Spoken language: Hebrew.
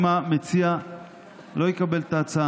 אם המציע לא יקבל את ההצעה,